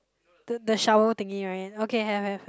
the the shower thingy right okay have have have